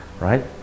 right